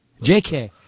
JK